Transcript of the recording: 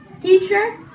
Teacher